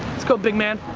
let's go, big man.